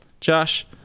Josh